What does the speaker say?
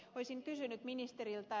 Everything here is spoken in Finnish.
olisin kysynyt ministeriltä